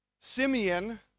Simeon